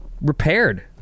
repaired